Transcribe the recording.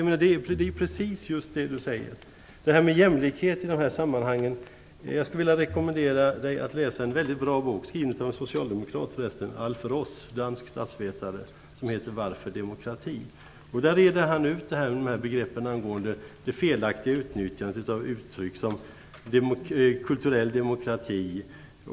Men det är precis vad Charlotta När det gäller jämlikhet i de här sammanhangen skulle jag vilja rekommendera Charlotta Bjälkebring att läsa en väldigt bra bok, skriven av en socialdemokrat förresten, Alf Ross, dansk statsvetare. Boken heter "Varför demokrati?" I den reder han ut begreppen och det felaktiga utnyttjandet av uttryck som "kulturell demokrati".